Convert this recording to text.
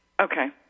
Okay